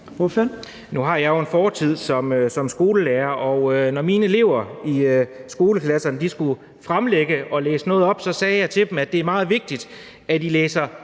Nu har jeg jo en fortid som skolelærer, og når mine elever i skoleklasserne skulle fremlægge og læse noget op, sagde jeg til dem, at det er meget vigtigt, at man læser